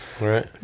Right